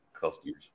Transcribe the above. Customers